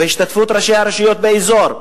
בהשתתפות ראשי הרשויות באזור,